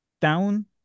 down